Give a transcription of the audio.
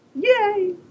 yay